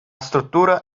struttura